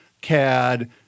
CAD